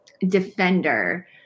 Defender